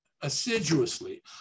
assiduously